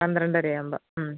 പന്ത്രണ്ടരയാവുമ്പം